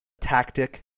tactic